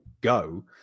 go